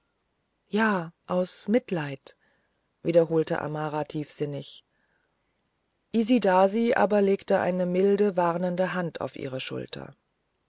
ja aus mitleid wiederholte amara tiefinnig isidasi aber legte eine milde warnende hand auf ihre schulter